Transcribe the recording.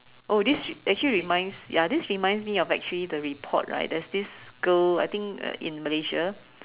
oh this actually reminds ya this reminds me of actually the report right that's this girl I think uh in Malaysia